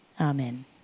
Amen